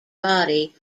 body